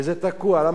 למה זה תקוע?